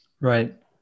Right